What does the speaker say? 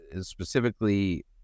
specifically